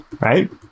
right